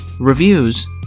reviews